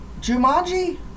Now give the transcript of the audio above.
Jumanji